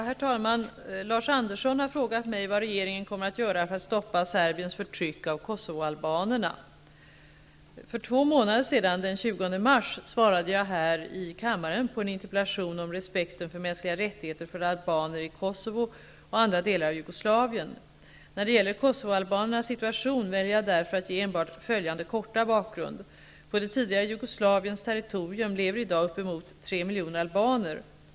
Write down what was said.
Herr talman! Lars Andersson har frågat mig vad regeringen kommer att göra för att stoppa Serbiens förtryck av kosovoalbanerna. För två månader sedan -- den 20 mars -- svarade jag här i kammaren på en interpellation om respekten för mänskliga rättigheter för albaner i Kosovo och andra delar av Jugoslavien. När det gäller kosovoalbanernas situation väljer jag därför att ge enbart följande korta bakgrund. På det tidigare Jugoslaviens territorium lever i dag uppemot 3 miljoner albaner.